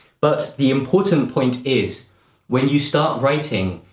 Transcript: but the important point is when you start writing,